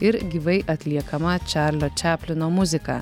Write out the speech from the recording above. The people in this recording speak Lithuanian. ir gyvai atliekama čarlio čaplino muzika